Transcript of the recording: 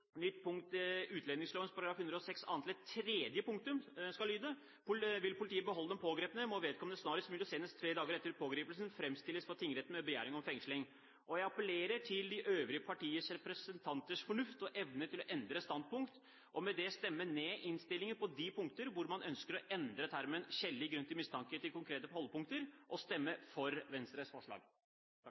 106 annet ledd, der nytt tredje punktum skal lyde: «Vil politiet beholde den pågrepne, må vedkommende snarest mulig og senest tre dager etter pågripelsen, fremstilles for tingretten med begjæring om fengsling.» Jeg appellerer til de øvrige partiers representanters fornuft og evne til å endre standpunkt og med det stemme ned innstillingen på de punkter hvor man ønsker å endre termen «skjellig grunn til mistanke» til «konkrete holdepunkter for å anta» og stemme for Venstres forslag.